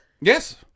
Yes